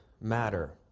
matter